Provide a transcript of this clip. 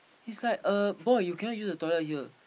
is like uh boy you cannot use the toilet here